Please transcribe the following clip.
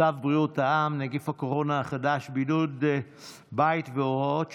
צו בריאות העם (נגיף הקורונה החדש) (בידוד בית והוראות שונות)